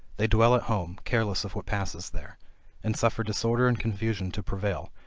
they dwell at home, careless of what passes there and suffer disorder and confusion to prevail,